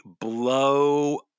blow